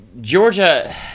Georgia